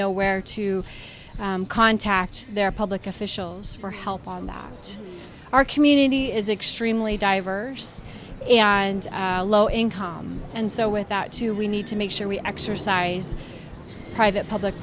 know where to contact their public officials for help out our community is extremely diverse and low income and so with that too we need to make sure we exercise private public